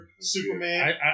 Superman